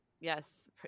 yes